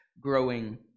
growing